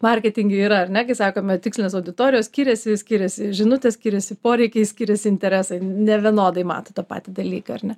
marketinge yra ar ne kai sakome tikslinės auditorijos skiriasi skiriasi žinutės skiriasi poreikiai skiriasi interesai nevienodai mato tą patį dalyką ar ne